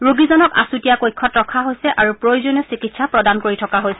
ৰোগীজনক আচূতীয়া কক্ষত ৰখা হৈছে আৰু প্ৰয়োজনীয় চিকিৎসা প্ৰদান কৰি থকা হৈছে